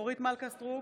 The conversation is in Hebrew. אורית מלכה סטרוק,